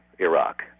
Iraq